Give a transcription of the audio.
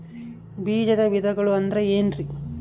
ಬೇಜದ ವಿಧಗಳು ಅಂದ್ರೆ ಏನ್ರಿ?